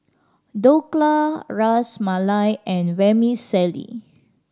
Dhokla Ras Malai and Vermicelli